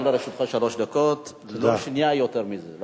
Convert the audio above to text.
גם לרשותך שלוש דקות ולא שנייה יותר מזה.